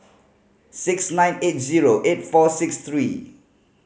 six nine eight zero eight four six three